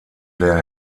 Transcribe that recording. der